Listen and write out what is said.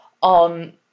on